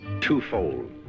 twofold